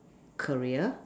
career